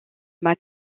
max